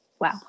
Wow